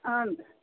ಹ್ಞೂ ರೀ